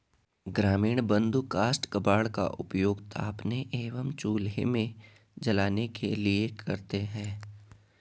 ग्रामीण बंधु काष्ठ कबाड़ का उपयोग तापने एवं चूल्हे में जलाने के लिए करते हैं